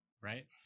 Right